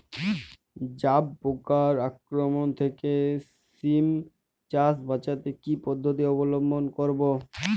জাব পোকার আক্রমণ থেকে সিম চাষ বাচাতে কি পদ্ধতি অবলম্বন করব?